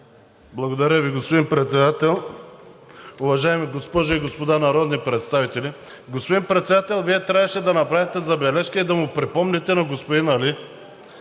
Благодаря Ви, господин Председател. Уважаеми госпожи и господа народни представители. Господин Председател, Вие трябваше да направите забележка и да му припомните на господин Али,